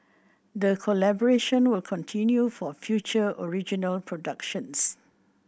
the collaboration will continue for future original productions